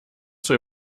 zur